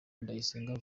ndayisenga